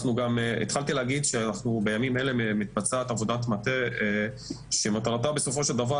התחלתי להגיד שבימים אלה מתבצעת עבודת מטה שמטרתה בסופו של דבר